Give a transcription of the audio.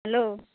hello